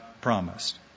promised